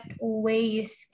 ways